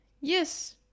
Yes